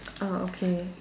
err okay